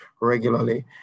regularly